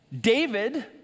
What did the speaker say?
David